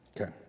Okay